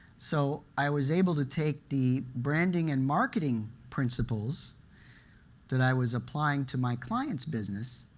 so i was able to take the branding and marketing principles that i was applying to my clients' business,